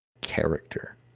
character